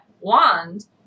wand